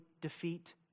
defeat